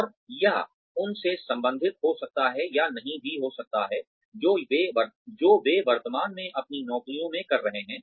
और यह उन से संबंधित हो सकता है या नहीं भी हो सकता है जो वे वर्तमान में अपनी नौकरियों में कर रहे हैं